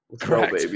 correct